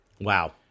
wow